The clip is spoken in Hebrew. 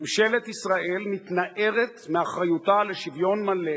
ממשלת ישראל מתנערת מאחריותה לשוויון מלא